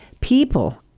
people